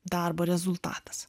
darbo rezultatas